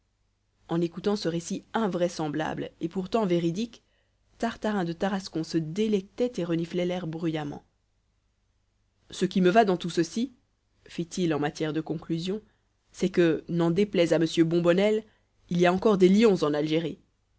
en écoutant ce récit invraisemblable et pourtant véridique tartarin de tarascon se délectait et reniflait l'air bruyamment ce qui me va dans tout ceci fit-il en matière de conclusion c'est que n'en déplaise à mons bombonnel il y a encore des lions en algérie